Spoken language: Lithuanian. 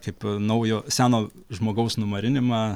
kaip naujo seno žmogaus numarinimą